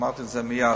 אמרתי את זה מייד.